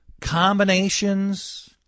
combinations